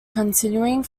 continuing